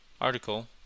article